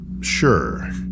Sure